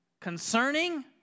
concerning